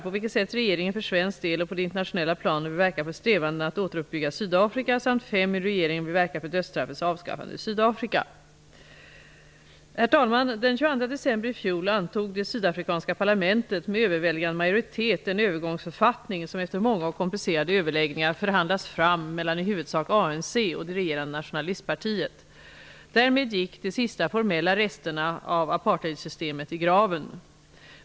På vilket sätt regeringen för svensk del och på det internationella planet vill verka för strävandena att återuppbygga Sydafrika, samt Den 22 december i fjol antog det sydafrikanska parlamentet med överväldigande majoritet den övergångsförfattning som efter många och komplicerade överläggningar förhandlats fram mellan i huvudsak ANC och det regerande Nationalistpartiet. Därmed gick de sista formella resterna av apartheidsystemet i graven.